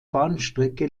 bahnstrecke